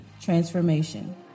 transformation